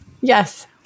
yes